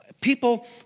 People